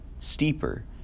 steeper